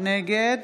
נגד